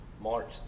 March